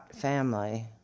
family